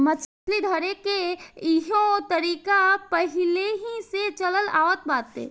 मछली धरेके के इहो तरीका पहिलेही से चलल आवत बाटे